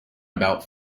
about